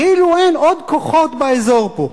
כאילו אין עוד כוחות באזור פה.